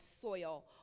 soil